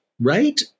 right